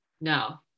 no